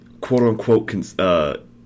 quote-unquote